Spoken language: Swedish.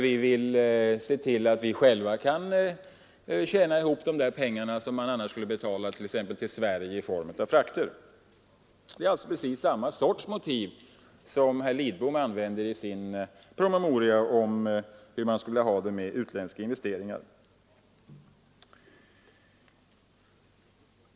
Vi vill se till att vi själva kan tjäna ihop pengar, som man annars skulle betala till Sverige i form av frakter. Det är alltså precis samma sorts motiv som herr Lidbom använder i sin promemoria om hur vi skall ha det med utländska investeringar.